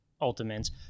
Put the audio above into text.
ultimates